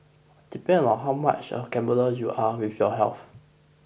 depends on how much of a gambler you are with your health